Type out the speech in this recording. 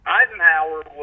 Eisenhower